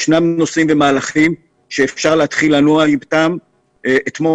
ישנם מהלכים שאפשר להתחיל איתם כבר היום.